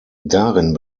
darin